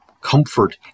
comfort